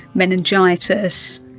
meningitis,